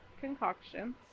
concoctions